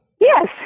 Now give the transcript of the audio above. Yes